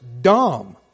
dumb